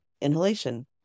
inhalation